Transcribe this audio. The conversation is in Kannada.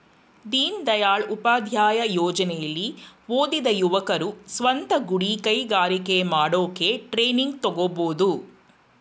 ದೀನದಯಾಳ್ ಉಪಾಧ್ಯಾಯ ಯೋಜನೆಲಿ ಓದಿದ ಯುವಕರು ಸ್ವಂತ ಗುಡಿ ಕೈಗಾರಿಕೆ ಮಾಡೋಕೆ ಟ್ರೈನಿಂಗ್ ತಗೋಬೋದು